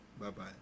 Bye-bye